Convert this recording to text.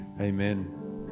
Amen